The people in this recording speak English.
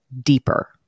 deeper